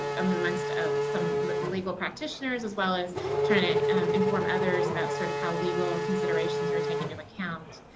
amongst um some legal practitioners, as well as trying to inform others about sort of how legal considerations are taken into account,